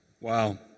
Wow